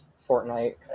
Fortnite